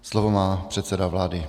Slovo má předseda vlády.